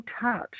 touch